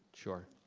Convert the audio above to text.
sure.